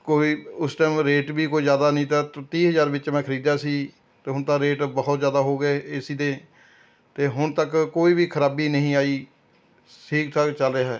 ਕੋਈ ਉਸ time rate ਵੀ ਕੋਈ ਜ਼ਿਆਦਾ ਨਹੀਂ ਤਾਂ ਤੀਹ ਹਜਾਰ ਵਿੱਚ ਮੈਂ ਖਰੀਦਿਆ ਸੀ ਅਤੇ ਹੁਣ ਤਾਂ ਰੇਟ ਬਹੁਤ ਜ਼ਿਆਦਾ ਹੋ ਗਏ ਏ ਸੀ ਦੇ ਅਤੇ ਹੁਣ ਤੱਕ ਕੋਈ ਵੀ ਖਰਾਬੀ ਨਹੀਂ ਆਈ ਠੀਕ ਠਾਕ ਚੱਲ ਰਿਹਾ ਹੈ